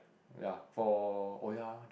ya for oh ya